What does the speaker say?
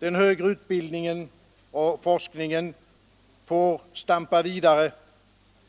Den högre utbildningen och forskningen får stampa vidare